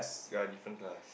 yea different class